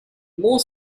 more